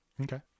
Okay